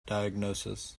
diagnosis